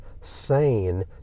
sane